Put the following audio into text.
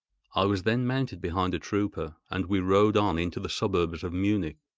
i was then mounted behind a trooper, and we rode on into the suburbs of munich.